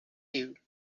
you